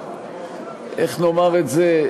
איך נאמר את זה?